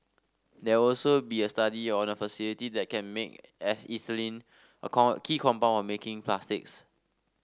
there also be a study on a facility that can make ethylene a corn key compound on making plastics